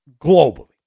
globally